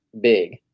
big